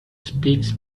speaks